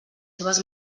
seves